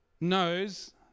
knows